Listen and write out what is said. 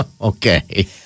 Okay